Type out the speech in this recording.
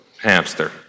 Hamster